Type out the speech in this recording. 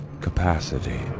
capacity